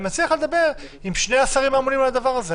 אני מציע לך לדבר עם שני השרים האמונים על הדבר הזה,